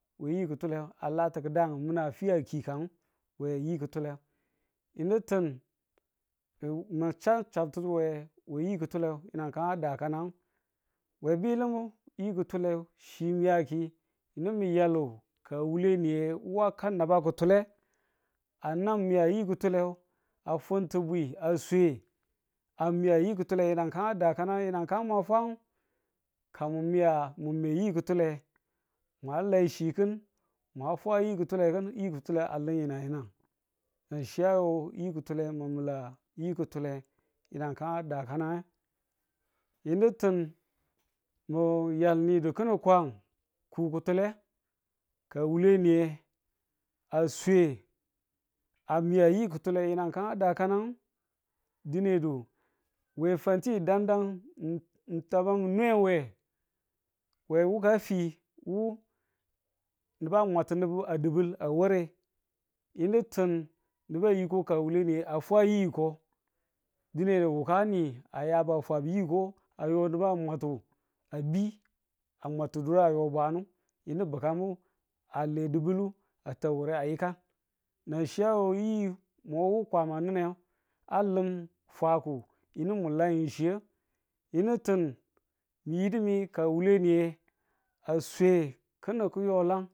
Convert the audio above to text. we yi ki̱tule a la ti ki̱dan min na fiya kigang we yi ki̱tule. yini tin mi̱ ma cha chabtu we we yi ki̱tule yi̱nang kan a dakanang. we biyilimu, yi ki̱tule chi miyaku. yinu mi̱ yalu ka wule niye wu a ka naba ki̱tule a nan miya yi ki̱tule a fun tu bwi, a swe a miya yi kutule yi̱nanag kan dakan nan yi̱nang kan ma fwan ka mu miya mu mwe yi ki̱tule, mwa lai chi kin mwa fwa yi kutule kin, yi kutule a lim yi̱nang yi̱nang nachi a yo yi kutule mi̱ mila yi kutule yinang kan a dakane. yinu tin mu yal nidu ki̱nin kwan ku kutule, ka wule niye a swe a miya yi kutule yinang kan a dakanan dinedu we fanti dang dang ng ng tama ng nwe we, kwe wuka fi, wu nubu a mwata nubu a dibel a ware yinu tin nubu a yiko ka wure niye a fwa yiko dinedu wuka ni a yabu a fwabu yiko, a yo nubu a mwatu a bi. a mwatu duru a yo a bwanu yinu bi̱kamu ale di̱bulu a ta ware a yi̱kang. nanchi a yo yi mo wu kwama a ni̱nne a lim fwaku yinu mu lai chi yene tin, mi̱yidu me ka wule ni a swe ki̱nin kiyola